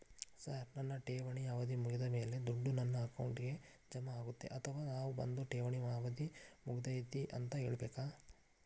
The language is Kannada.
ಸರ್ ನನ್ನ ಠೇವಣಿ ಅವಧಿ ಮುಗಿದಮೇಲೆ, ದುಡ್ಡು ನನ್ನ ಅಕೌಂಟ್ಗೆ ಜಮಾ ಆಗುತ್ತ ಅಥವಾ ನಾವ್ ಬಂದು ಠೇವಣಿ ಅವಧಿ ಮುಗದೈತಿ ಅಂತ ಹೇಳಬೇಕ?